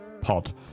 pod